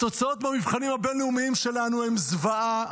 התוצאות במבחנים הבין-לאומיים שלנו הן זוועה,